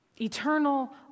eternal